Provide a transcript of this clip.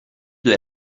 due